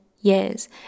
years